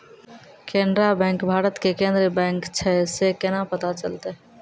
Canara bank Bharat के केन्द्रीय bank छै से केना पता चलतै?